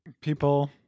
people